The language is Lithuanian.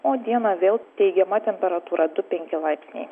o dieną vėl teigiama temperatūra du penki laipsniai